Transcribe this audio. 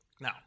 Now